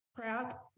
crap